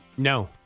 No